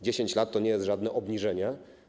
10 lat to nie jest żadne obniżenie.